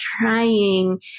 trying